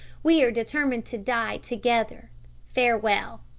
we are determined to die together farewell